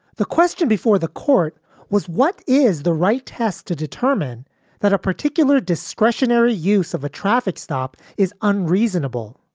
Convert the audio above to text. the question before the court was, what is the right test to determine that a particular discretionary use of a traffic stop is unreasonable?